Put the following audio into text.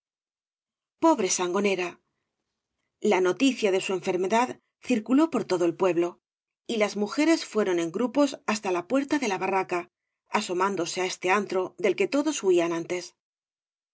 estóraago pobre sangonera l noticia de su enferme dad circuló por todo el pueblo y las mujeres fueoañas y barro ron en grupos hasta ia puerta de la barraca asomándose á este antro del que todos huían antes